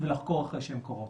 ולחקור אחרי שהן קורות,